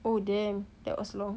oh damn that was long